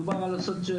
מדובר על הסוציו-אקונומי,